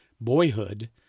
boyhood